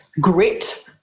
grit